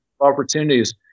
opportunities